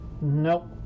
nope